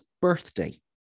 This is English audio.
birthday